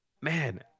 man